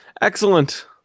Excellent